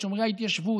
את שומרי ההתיישבות,